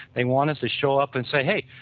they want us to show up and say, hey,